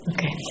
Okay